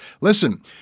Listen